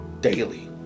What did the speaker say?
Daily